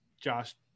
Josh